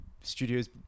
Studios